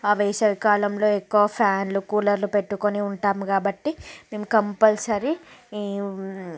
ఆ వేసవికాలంలో ఎక్కువ ఫ్యాన్లు కూలర్లు పెట్టుకుని ఉంటాము కాబట్టి మేము కంపల్సరీ ఈ